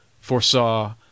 foresaw